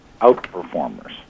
outperformers